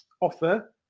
offer